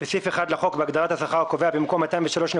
קביעת שיעור השכר הקובע 1. בסעיף 1 לחוק,